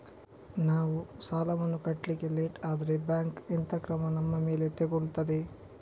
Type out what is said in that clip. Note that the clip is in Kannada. ನಾವು ಸಾಲ ವನ್ನು ಕಟ್ಲಿಕ್ಕೆ ಲೇಟ್ ಆದ್ರೆ ಬ್ಯಾಂಕ್ ಎಂತ ಕ್ರಮ ನಮ್ಮ ಮೇಲೆ ತೆಗೊಳ್ತಾದೆ?